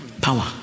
power